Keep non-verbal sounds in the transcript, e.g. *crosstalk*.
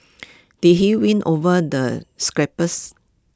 did he win over the *unintelligible*